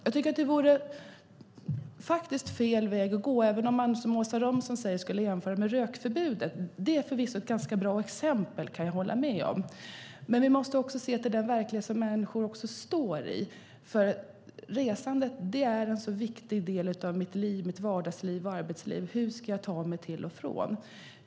Jag tycker att det som Åsa Romson talar om är fel väg att gå. Även om man som hon säger kan jämföra det här med rökförbudet - vilket jag förvisso kan hålla med om är ett ganska bra exempel - måste vi också se till den verklighet som människor står i. Resandet är en så pass viktig del av människors liv, vardagsliv och arbetsliv. Hur ska jag ta mig till och från olika ställen?